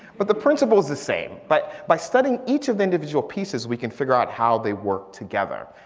but the principle's the same. but by studying each of the individual pieces we can figure out how they work together.